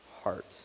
heart